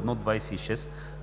702-01-26,